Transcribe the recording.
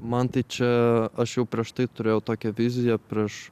man tai čia aš jau prieš tai turėjau tokią viziją prieš